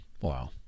Wow